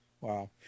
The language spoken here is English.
Wow